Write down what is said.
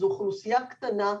זו אוכלוסייה קטנה.